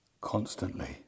constantly